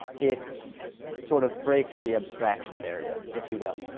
it sort of breaks the abstraction barrier, if you will.